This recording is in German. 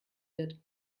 wird